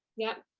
yep.